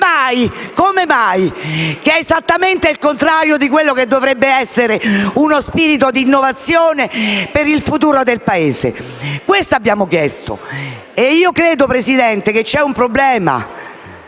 Come mai, visto che è esattamente il contrario di quello che si dovrebbe fare con spirito di innovazione per il futuro del Paese? Questo abbiamo chiesto. Credo, signor Presidente, che vi sia un problema